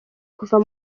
kuva